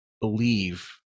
believe